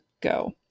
go